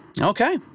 Okay